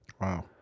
Wow